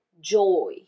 joy